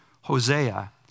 Hosea